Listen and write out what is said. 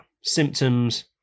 symptoms